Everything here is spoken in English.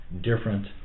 different